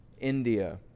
India